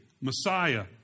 Messiah